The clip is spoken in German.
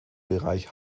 bereich